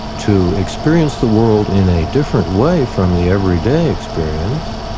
to experience the world in a different way from the everyday experience,